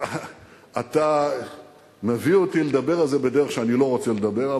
אבל אתה מביא אותי לדבר על זה בדרך שאני לא רוצה לדבר,